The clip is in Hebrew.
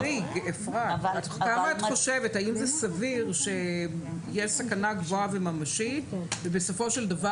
האם זה סביר שיש סכנה גבוהה וממשית ובסופו של דבר